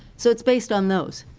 so it's based on those.